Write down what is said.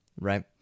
right